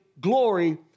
glory